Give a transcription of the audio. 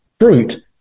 fruit